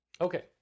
Okay